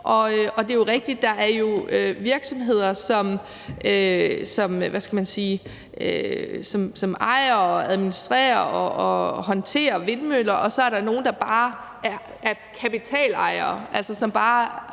det er jo rigtigt, at der er virksomheder, som ejer, administrerer og håndterer vindmøller, og hvor nogle altså så bare er kapitalejere